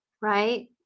Right